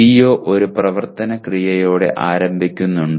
CO ഒരു പ്രവർത്തന ക്രിയയോടെ ആരംഭിക്കുന്നുണ്ടോ